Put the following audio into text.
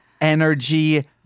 energy